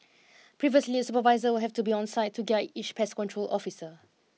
previously supervisor would have to be on site to guide each pest control officer